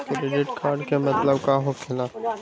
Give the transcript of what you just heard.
Credit card के मतलब का होकेला?